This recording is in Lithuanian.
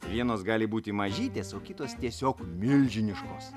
vienos gali būti mažytės o kitos tiesiog milžiniškos